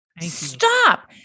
Stop